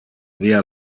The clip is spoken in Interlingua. via